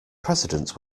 president